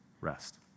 rest